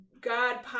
God